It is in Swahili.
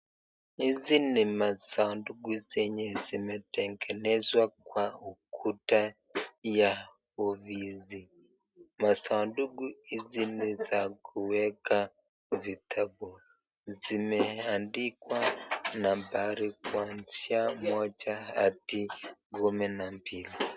Hizi ni masaduku zenye zimetengenezwa kwa ukuta ya ofisi , masanduku hizi ni za kuweka vitabu , zimeandikwa nambari kwanzia moja hadi kumi na mbili.